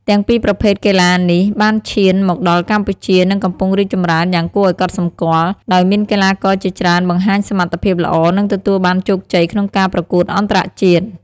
ទាំងពីរប្រភេទកីឡានេះបានឈានមកដល់កម្ពុជា និងកំពុងរីកចម្រើនយ៉ាងគួរឱ្យកត់សម្គាល់ ដោយមានកីឡាករជាច្រើនបង្ហាញសមត្ថភាពល្អ និងទទួលបានជោគជ័យក្នុងការប្រកួតអន្តរជាតិ។